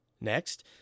Next